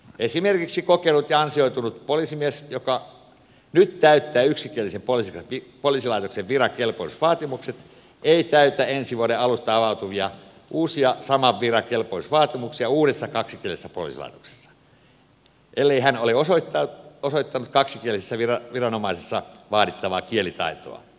esimerkiksi kokenut ja ansioitunut poliisimies joka nyt täyttää yksikielisen poliisilaitoksen viran kelpoisuusvaatimukset ei täytä ensi vuoden alusta avautuvia uusia saman viran kelpoisuusvaatimuksia uudessa kaksikielisessä poliisilaitoksessa ellei hän ole osoittanut kaksikielisessä viranomaisessa vaadittavaa kielitaitoa